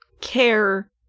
care